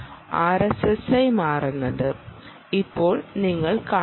RSSI മാറുന്നത് ഇപ്പോൾ നിങ്ങൾ കാണുന്നു